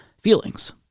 feelings